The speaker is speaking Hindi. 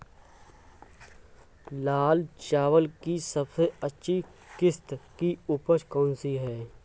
लाल चावल की सबसे अच्छी किश्त की उपज कौन सी है?